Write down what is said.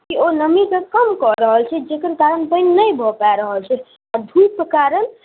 की ओ नमीके कम कऽ रहल छै जकर कारण पानि नहि भऽ पा रहल छै आओर धूपके कारण